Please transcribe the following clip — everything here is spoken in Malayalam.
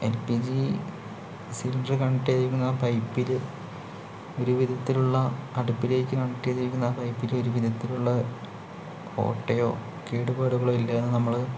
എൽപിജി സിലിണ്ടർ കണക്ട് ചെയ്തിരിക്കുന്ന ആ പൈപ്പില് ഒരു വിധത്തിലുള്ള അടുപ്പിലേക്ക് കണക്ട് ചെയ്തിരിക്കുന്ന ആ പൈപ്പില് ഒരു വിധത്തിലുള്ള ഓട്ടയോ കേടുപാടുകളോ ഇല്ല എന്ന് നമ്മള്